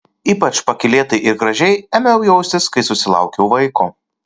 ypač pakylėtai ir gražiai ėmiau jaustis kai susilaukiau vaiko